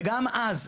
וגם אז,